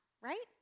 right